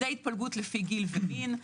זה פילוג לפי גיל ומין.